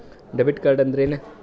Debit ಕಾರ್ಡ್ಅಂದರೇನು?